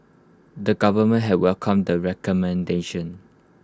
the government had welcomed the recommendations